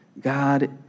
God